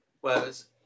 Whereas